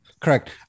correct